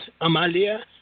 Amalia